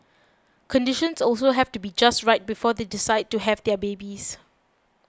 conditions also have to be just right before they decide to have their babies